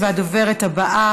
הדוברת הבאה,